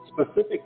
specific